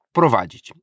prowadzić